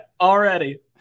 already